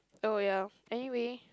oh ya anyway